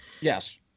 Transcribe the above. Yes